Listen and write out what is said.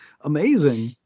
amazing